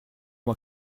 moi